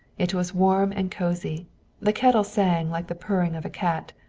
it was warm and cozy the kettle sang like the purring of a cat.